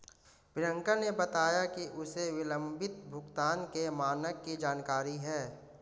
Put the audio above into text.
प्रियंका ने बताया कि उसे विलंबित भुगतान के मानक की जानकारी है